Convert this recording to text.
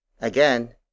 Again